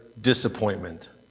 disappointment